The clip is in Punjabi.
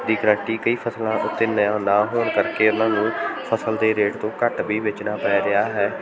ਦੀ ਗਾਰੰਟੀ ਕਈ ਫਸਲਾਂ ਉੱਤੇ ਨਿਆਂ ਨਾ ਹੋਣ ਕਰਕੇ ਉਹਨਾਂ ਨੂੰ ਫਸਲ ਦੇ ਰੇਟ ਤੋਂ ਘੱਟ ਵੀ ਵੇਚਣਾ ਪੈ ਰਿਹਾ ਹੈ